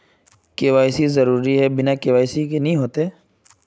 KYC जरुरी है बिना के.वाई.सी के नहीं होते?